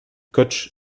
coach